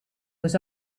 was